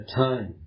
time